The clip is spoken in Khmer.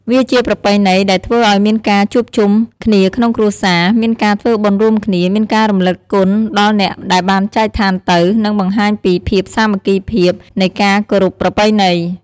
វាជាប្រពៃណីដែលធ្វើឲ្យមានការជួបជំគ្នាក្នុងគ្រួសារ មានការធ្វើបុណ្យរួមគ្នា មានការរំលឹងគុណដល់អ្នកដែលបានចែកថានទៅ និងបង្ហាញពីភាពសាមគ្គីភាពនៃការគោរពប្រពៃណី។